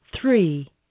three